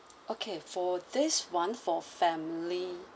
okay for this one for family